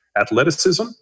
Athleticism